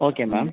okay ma'am